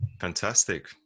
Fantastic